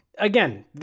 Again